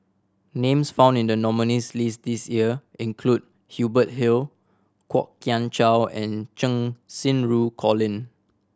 names found in the nominees' list this year include Hubert Hill Kwok Kian Chow and Cheng Xinru Colin